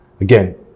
again